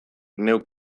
neuk